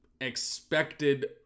expected